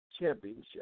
Championship